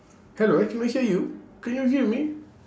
hello I cannot hear you can you hear me